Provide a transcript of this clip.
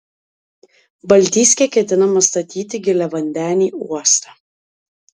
baltijske ketinama statyti giliavandenį uostą